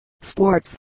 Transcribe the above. sports